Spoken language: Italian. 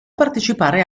partecipare